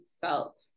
felt